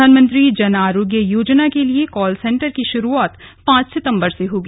प्रधानमंत्री जन आरोग्य योजना के लिए कॉल सेंटर की शुरूआत पांच सितम्बर से होगी